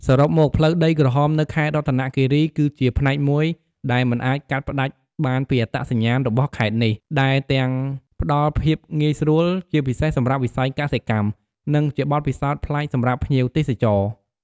សរុបមក ផ្លូវដីក្រហមនៅខេត្តរតនគិរីគឺជាផ្នែកមួយដែលមិនអាចកាត់ផ្តាច់បានពីអត្តសញ្ញាណរបស់ខេត្តនេះ ដែលទាំងផ្តល់ភាពងាយស្រួល ជាពិសេសសម្រាប់វិស័យកសិកម្ម និងជាបទពិសោធន៍ប្លែកសម្រាប់ភ្ញៀវទេសចរ។